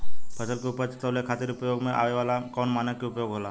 फसल के उपज के तौले खातिर उपयोग में आवे वाला कौन मानक के उपयोग होला?